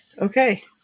Okay